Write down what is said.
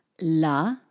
la